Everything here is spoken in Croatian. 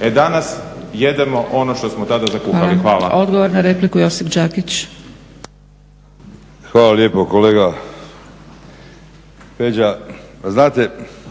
E danas jedemo ono što smo tada zakuhali. Hvala. **Zgrebec, Dragica (SDP)** Hvala. Odgovor na repliku, Josip Đakić. **Đakić, Josip (HDZ)** Hvala lijepa. Kolega Peđa, znate